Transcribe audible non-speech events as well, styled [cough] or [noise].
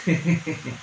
[laughs]